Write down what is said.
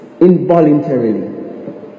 involuntarily